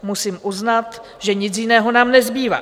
Musím uznat, že nic jiného nám nezbývá.